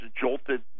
jolted